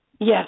Yes